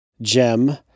gem